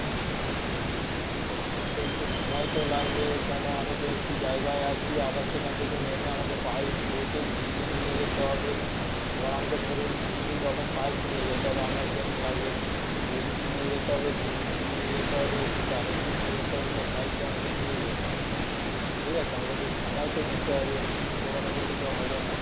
ও তো আমার তো একটু সময় তো লাগবে কেন আমি তো একটু জায়গায় আছি আবার সেখান থেকে নেমে আমাকে পাইপ দেখে কিনে নিয়ে যেতে হবে এবার আমাকে ধরুন দু তিন রকম পাইপ নিয়ে যেতে হবে আমরা কীরকম লাগবে দুই ইঞ্চি নিয়ে যেতে হবে তিন ইঞ্চি নিয়ে যেতে হবে চার ইঞ্চি নিয়ে যেতে হবে সব পাইপ তো আমাকে নিয়ে যেতে হবে ঠিক আছে আমাকে তো সময় তো দিতে হবে এক্কুনি হুটোপাটা করলে তো হবে না